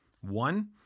One